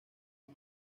era